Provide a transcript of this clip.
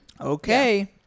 Okay